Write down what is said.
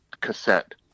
cassette